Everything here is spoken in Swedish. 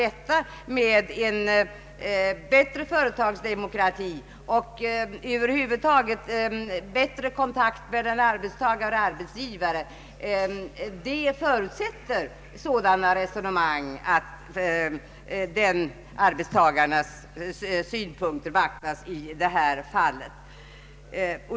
En bättre företagsdemokrati och bättre kontakter över huvud taget mellan arbetsgivare och arbetstagare förutsätter sådana resonemang, tycker jag, att arbetstagarnas synpunkter beaktas i detta fall.